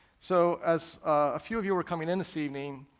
so as a few of you were coming in this evening,